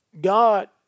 God